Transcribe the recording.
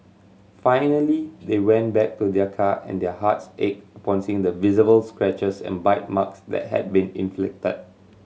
finally they went back to their car and their hearts ached upon seeing the visible scratches and bite marks that had been inflicted